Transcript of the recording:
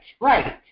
right